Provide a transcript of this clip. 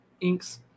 inks